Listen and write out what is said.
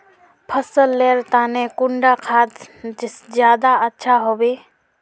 फसल लेर तने कुंडा खाद ज्यादा अच्छा हेवै?